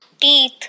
teeth